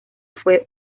fue